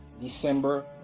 December